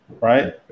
Right